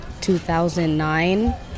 2009